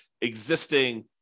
existing